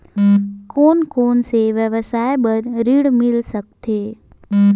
कोन कोन से व्यवसाय बर ऋण मिल सकथे?